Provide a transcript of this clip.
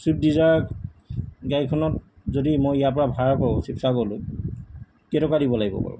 Swift Dzire গাড়ীখনত যদি মই ইয়াৰপৰা ভাড়া কৰো শিৱসাগৰলৈ কেইটকা দিব লাগিব বাৰু